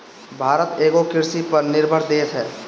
भारत एगो कृषि पर निर्भर देश ह